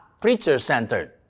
preacher-centered